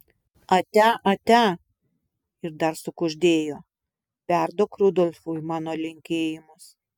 atia atia ir dar sukuždėjo perduok rudolfui mano linkėjimus